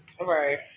Right